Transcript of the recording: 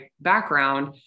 background